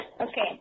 Okay